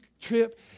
trip